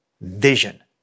vision